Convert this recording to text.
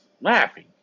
laughing